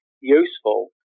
useful